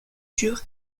durs